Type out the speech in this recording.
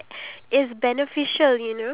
yes correct